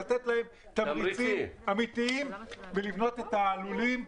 לתת להם תמריצים אמיתיים ולבנות את הלולים.